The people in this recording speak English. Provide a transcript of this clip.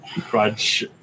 Crunch